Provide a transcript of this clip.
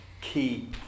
key